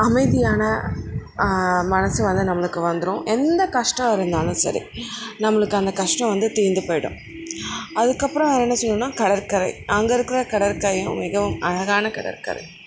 அமைதியான மனசு வந்து நம்மளுக்கு வந்துரும் எந்த கஷ்டம் இருந்தாலும் சரி நம்மளுக்கு அந்த கஷ்டம் வந்து தீந்து போயிடும் அதுக்கு அப்புறம் என்ன செய்யணும்னா கடற்கரை அங்கே இருக்கிற கடற்கரையும் மிகவும் அழகான கடற்கரை